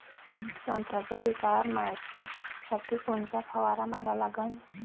संत्र्याच्या पिकावर मायतीसाठी कोनचा फवारा मारा लागन?